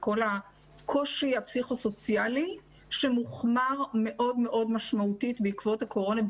כל הקושי הפסיכוסוציאלי שמוחמר מאוד מאוד משמעותית בעקבות הקורונה,